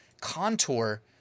contour